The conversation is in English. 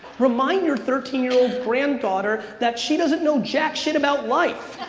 remind your thirteen year old granddaughter that she doesn't know jack shit about life.